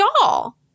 doll